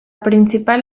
principal